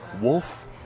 Wolf